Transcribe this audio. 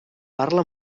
parla